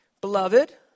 Beloved